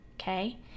Okay